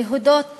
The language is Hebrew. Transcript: להודות